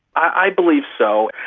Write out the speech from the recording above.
i believe so.